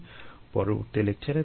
পরবর্তী লেকচারে দেখা হচ্ছে